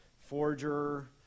forger